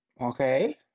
Okay